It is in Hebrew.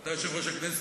אתה יושב-ראש הכנסת?